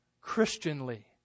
Christianly